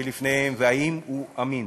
שלפניהם ואם הוא אמין.